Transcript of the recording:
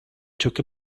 took